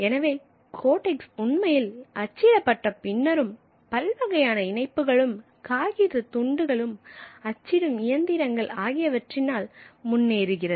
எனவே கோடெக்ஸ் உண்மையில் அச்சிடப்பட்ட பின்னரும் பல்வகையான இணைப்புகளும் காகிதம் துண்டுகளும் அச்சிடும் இயந்திரங்கள் ஆகியவற்றினால் முன்னேறுகிறது